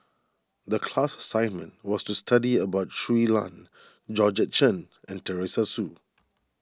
the class assignment was to study about Shui Lan Georgette Chen and Teresa Hsu